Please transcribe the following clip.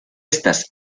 estas